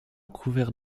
couvert